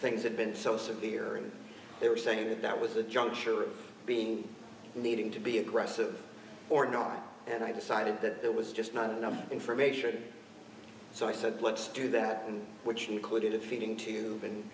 things had been so severe and they were saying that that was the juncture of being needing to be aggressive or not and i decided that it was just not enough information so i said let's do that and which included a feeding tube and